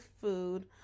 food